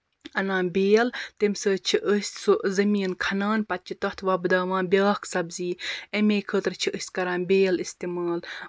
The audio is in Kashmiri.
اَنان بیٛل تَمہِ سۭتۍ چھِ أسۍ سُہ زٔمیٖن کھنان پَتہٕ چھِ تَتھ وۄپداوان بیٛاکھ سَبزی اَمے خٲطرٕ چھِ أسۍ کران بیٛل استعمال